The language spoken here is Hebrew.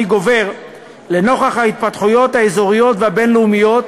גובר לנוכח ההתפתחויות האזוריות והבין-לאומיות